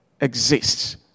exists